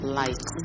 light